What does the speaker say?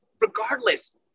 regardless